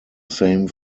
same